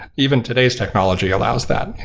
even today's technology allows that.